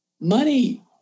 money